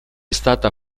stata